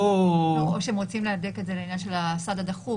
או שהם רוצים להדק את זה לעניין של הסעד הדחוף.